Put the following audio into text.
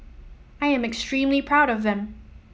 I am extremely proud of them